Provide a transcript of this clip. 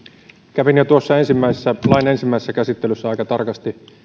kävin jo lain ensimmäisessä käsittelyssä aika tarkasti